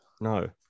no